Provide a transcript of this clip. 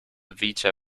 vita